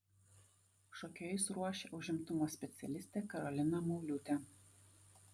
šokėjus ruošė užimtumo specialistė karolina mauliūtė